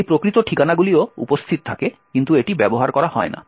এই প্রকৃত ঠিকানাগুলিও উপস্থিত থাকে কিন্তু এটি ব্যবহার করা হয় না